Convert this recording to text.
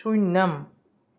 शून्यम्